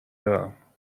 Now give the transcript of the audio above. دارم